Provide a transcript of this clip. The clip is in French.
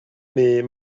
mais